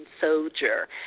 soldier